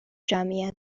جمعیت